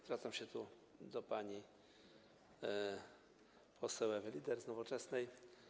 Zwracam się tu do pani poseł Ewy Lieder z Nowoczesnej.